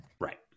Right